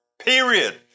period